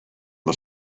the